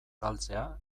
galtzea